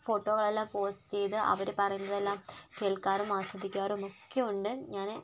ഫോട്ടോകൾ എല്ലാം പോസ്റ്റ് ചെയ്ത് അവർ പറയുന്നത് എല്ലാം കേൾക്കാറും ആസ്വദിക്കാറും ഒക്കെ ഉണ്ട് ഞാൻ